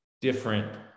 different